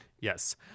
Yes